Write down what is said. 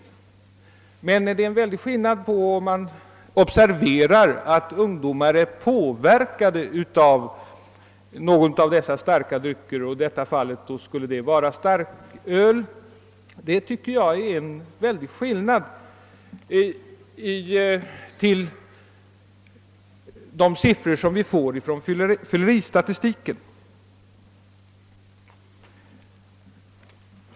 Men enligt min mening är det en mycket stor skillnad mellan att observera att ungdomar är påverkade av starka drycker, vilket i detta fall skulle vara starköl, och att göra bedömningen med utgångspunkt från siffror ur fylleristatistiken.